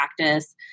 practice